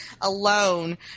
alone